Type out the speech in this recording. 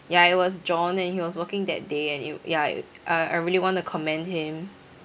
ya it was john and he was working that day and you ya uh I really want to commend him